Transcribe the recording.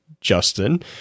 Justin